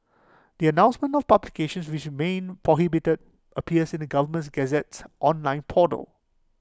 the announcement of publications which remain prohibited appears in the governments Gazette's online portal